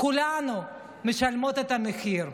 כולנו משלמות את המחיר.